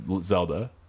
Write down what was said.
zelda